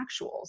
actuals